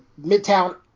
Midtown